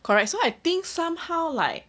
correct so I think somehow like